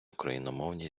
україномовні